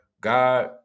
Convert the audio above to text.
God